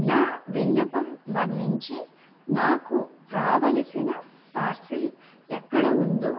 నా విన్నపం మన్నించి నాకు రావలసిన పార్సిల్ ఎక్కడ ఉందో